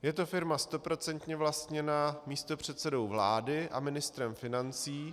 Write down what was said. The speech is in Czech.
Je to firma stoprocentně vlastněná místopředsedou vlády a ministrem financí.